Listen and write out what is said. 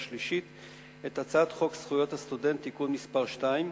שלישית את הצעת חוק זכויות הסטודנט (תיקון מס' 2),